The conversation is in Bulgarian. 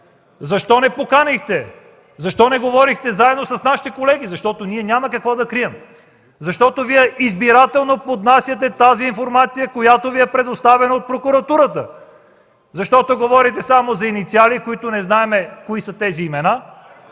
Защо не поканихте? Защо не говорихте заедно с нашите колеги? Ние няма какво да крием. Вие избирателно поднасяте тази информация, която Ви е предоставена от Прокуратурата. Говорите само за инициали, не знаем кои са тези имена.